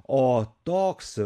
o toks